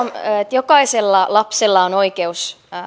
jokaisella lapsella on oikeus